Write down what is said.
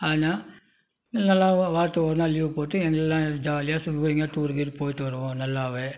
ஆனால் எல்லா வாரத்தில் ஒரு நாள் லீவ் போட்டு எல்லாம் ஜாலியாக சும்மா எங்கேயாது டூரு கீர் போய்விட்டு வருவோம் நல்லாவே